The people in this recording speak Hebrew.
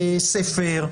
הספר.